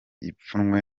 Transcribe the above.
ipfunwe